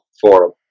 forum